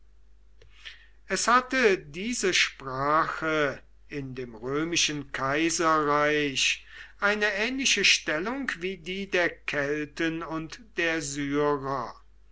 es hatte diese sprache in dem römischen kaiserreich eine ähnliche stellung wie die der kelten und der syrer